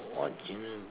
what do you mean